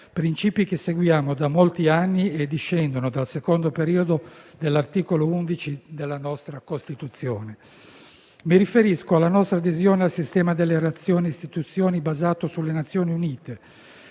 principi che seguiamo da molti anni e che discendono dal secondo periodo dell'articolo 11 della nostra Costituzione. Mi riferisco alla nostra adesione al sistema di relazioni e istituzioni basato sulle Nazioni Unite